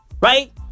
Right